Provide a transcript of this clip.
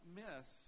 miss